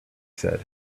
said